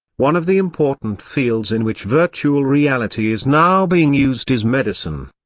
one of the important fields in which virtual reality is now being used is medicine.